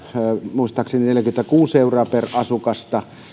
muistaakseni neljäkymmentäkuusi euroa per asukas kun